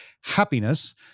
happiness